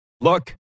Look